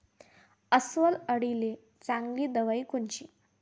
अस्वल अळीले चांगली दवाई कोनची?